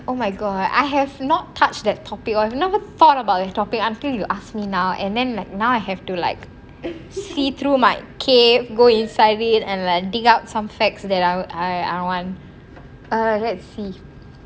oh my god I have not touch that topic I've never thought about a topic until you ask me now and then like now I have to like see through my cave go inside it and then dig out some facts that I I err want one err let's see